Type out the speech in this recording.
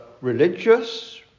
religious